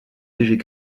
léger